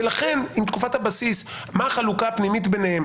מהי החלוקה הפנימית ביניהם?